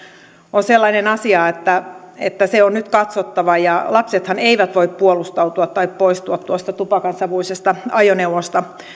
on sellainen asia että että se on nyt katsottava lapsethan eivät voi puolustautua tai poistua tuosta tupakansavuisesta ajoneuvosta